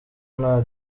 nta